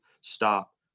stop